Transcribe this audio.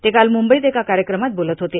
ते काल मुंबईत एका कार्यक्रमात बोलत होते